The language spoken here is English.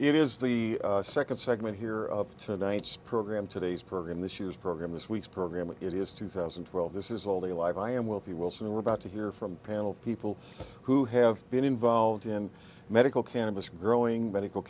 it is the second segment here of tonight's program today's program this year's program this week's program it is two thousand and twelve this is all the life i am wealthy wilson and we're about to hear from panel of people who have been involved in medical cannabis growing medical